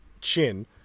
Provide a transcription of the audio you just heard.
Chin